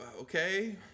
Okay